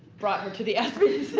brought her to the sbc